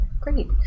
Great